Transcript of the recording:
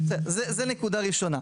זו נקודה ראשונה.